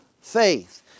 faith